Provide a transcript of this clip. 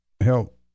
help